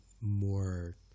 more